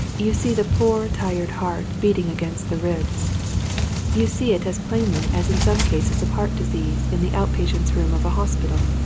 you see the poor tired heart beating against the ribs you see it as plainly as in some cases of heart disease in the out-patients' room of a hospital.